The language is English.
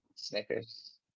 Snickers